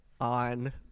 on